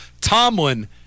Tomlin